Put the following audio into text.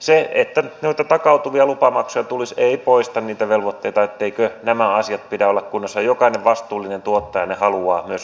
se että noita takautuvia lupamaksuja tulisi ei poista niitä velvoitteita etteikö näiden asioiden pidä olla kunnossa ja jokainen vastuullinen tuottaja ne haluaa myös huolehtia